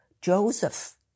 Joseph